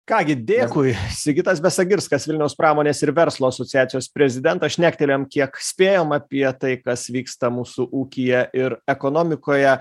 ką gi dėkui sigitas besagirskas vilniaus pramonės ir verslo asociacijos prezidentas šnektelėjom kiek spėjom apie tai kas vyksta mūsų ūkyje ir ekonomikoje